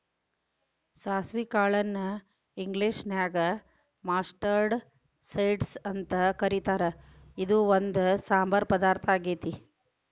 ಸಾಸವಿ ಕಾಳನ್ನ ಇಂಗ್ಲೇಷನ್ಯಾಗ ಮಸ್ಟರ್ಡ್ ಸೇಡ್ಸ್ ಅಂತ ಕರೇತಾರ, ಇದು ಒಂದ್ ಸಾಂಬಾರ್ ಪದಾರ್ಥ ಆಗೇತಿ